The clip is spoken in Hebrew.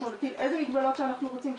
אנחנו נטיל איזה מגבלות שאנחנו רוצים.